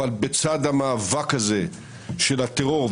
אבל בצד המאבק הזה של הטרור,